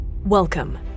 Welcome